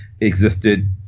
Existed